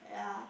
yeah